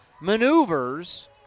maneuvers